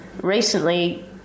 recently